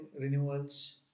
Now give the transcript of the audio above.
renewals